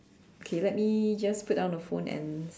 okay let me just put down the phone and